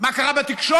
מה קרה בתקשורת.